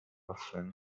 often